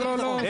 לא, לא.